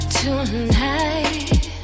tonight